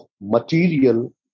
material